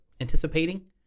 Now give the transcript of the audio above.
anticipating